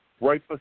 right